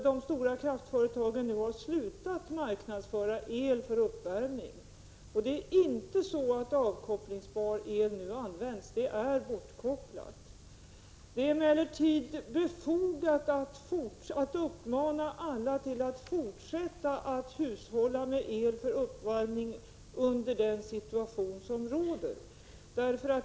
De stora kraftföretagen har nu slutat marknadsföra el för uppvärmning. Det är inte så att avkopplingsbar el nu används, utan den är bortkopplad. Det är emellertid befogat att uppmana alla att fortsätta att hushålla med el för uppvärmning i den situation som råder.